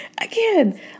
Again